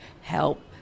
help